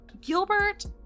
Gilbert